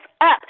up